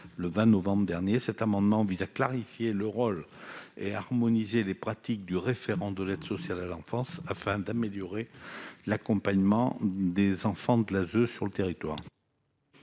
le secrétaire d'État, cet amendement vise à clarifier le rôle et à harmoniser les pratiques du référent de l'aide sociale à l'enfance, afin d'améliorer l'accompagnement des enfants confiés à l'ASE sur l'ensemble